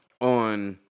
on